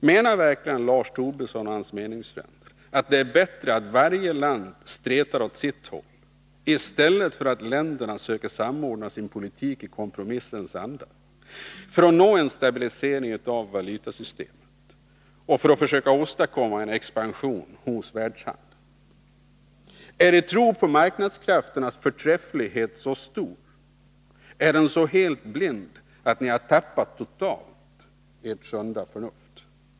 Menar verkligen Lars Tobisson och hans meningsfränder att det är bättre att varje land stretar åt sitt håll än att länderna söker samordna sin politik i kompromissens anda för att nå en stabilisering av valutasystemet och åstadkomma en expansion hos världshandeln? Är er tro på marknadskrafternas förträfflighet så blind att ni totalt tappat ert sunda förnuft?